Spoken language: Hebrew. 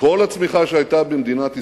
כל הצמיחה שהיתה במדינת ישראל,